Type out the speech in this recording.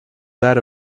that